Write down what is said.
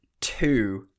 two